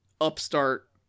upstart